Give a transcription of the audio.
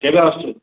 କେବେ ଆସୁଛୁ